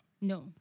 No